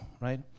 right